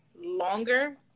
longer